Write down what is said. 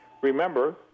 remember